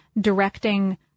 directing